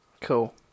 Cool